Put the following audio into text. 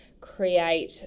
create